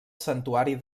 santuari